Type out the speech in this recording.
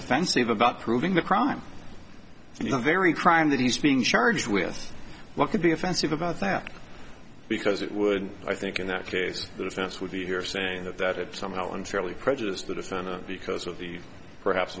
offensive about proving the crime and you know very crime that he's being charged with what could be offensive about that because it would i think in that case the defense would be here saying that that it somehow unfairly prejudiced the defendant because of the perhaps